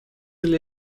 для